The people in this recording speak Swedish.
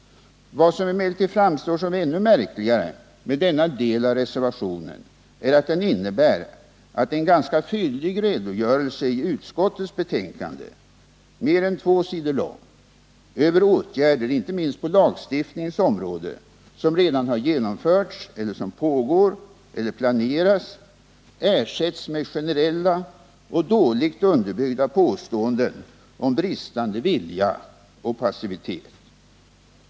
Vad som emellertid framstår som ännu märkligare med denna del av reservationen är att den innebär att en ganska fyllig redogörelse i utskottets betänkande — mer än två sidor lång — över åtgärder, inte minst på lagstiftningens område, som redan har genomförts eller som pågår eller planeras, ersätts med generella och dåligt underbyggda påståenden om bristande vilja och passivitet.